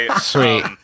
sweet